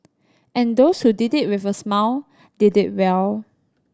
and those who did it with a smile did it well